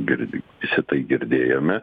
girdi visi tai girdėjome